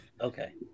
Okay